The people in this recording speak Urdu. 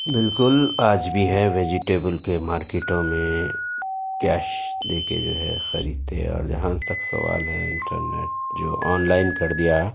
بالکل آج بھی ہے ویجیٹیبل کے مارکیٹوں میں کیش دے کے جو ہے خریدتے ہیں اور جہاں تک سوال ہیں انٹرنیٹ جو آنلاٮٔن کر دیا